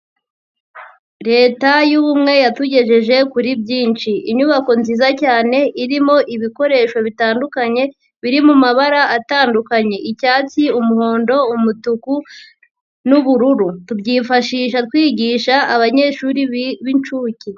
Leta y'ubumwe yatugejeje kuri byinshi, inyubako nziza cyane irimo ibikoresho bitandukanye biri mu mabara atandukanye: icyatsi, umuhondo, umutuku n'ubururu, tubyifashisha twigisha abanyeshuri b'inshuke.